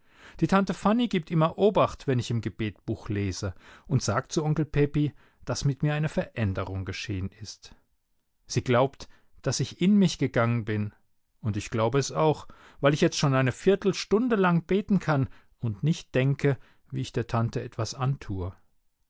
die tante fanny gibt immer obacht wenn ich im gebetbuch lese und sagt zu onkel pepi daß mit mir eine veränderung geschehen ist sie glaubt daß ich in mich gegangen bin und ich glaube es auch weil ich jetzt schon eine viertelstunde lang beten kann und nicht denke wie ich der tante etwas antue